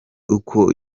uko